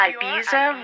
Ibiza